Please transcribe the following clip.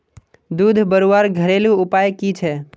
दूध बढ़वार घरेलू उपाय की छे?